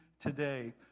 today